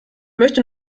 möchte